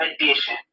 addition